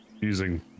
Using